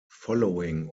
following